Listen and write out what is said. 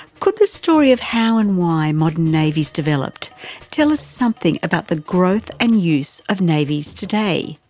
could the story of how and why modern navies developed tell us something about the growth and use of navies today?